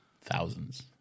Thousands